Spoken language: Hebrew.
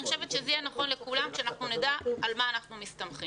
אני חושבת שזה יהיה נכון לכולם שאנחנו נדע על מה אנחנו מסתמכים.